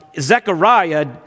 Zechariah